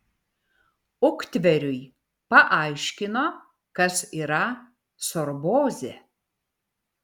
uktveriui paaiškino kas yra sorbozė